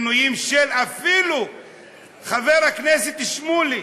אפילו חבר הכנסת שמולי,